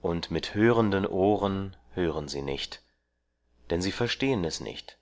und mit hörenden ohren hören sie nicht denn sie verstehen es nicht